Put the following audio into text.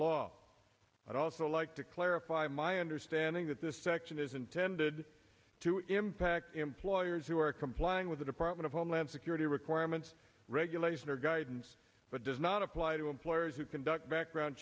law i'd also like to clarify my understanding that this section is intended to impact employers who are complying with the department of homeland security requirements regulation or guidance but does not apply to employers who conduct background